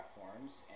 platforms